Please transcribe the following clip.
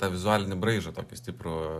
tą vizualinį braižą tokį stiprų